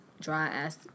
dry-ass